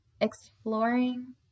exploring